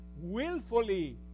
willfully